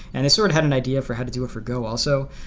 and it sort of had an idea for how to do for go also.